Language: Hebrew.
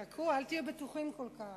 חכו, אל תהיו בטוחים כל כך.